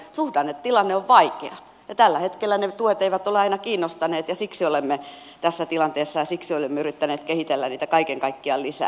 suhdannetilanne on vaikea ja tällä hetkellä ne tuet eivät ole aina kiinnostaneet ja siksi olemme tässä tilanteessa ja siksi olemme yrittäneet kehitellä niitä kaiken kaikkiaan lisää